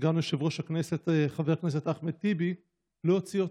סגן יושב-ראש הכנסת חבר הכנסת אחמד טיבי להוציא אותו.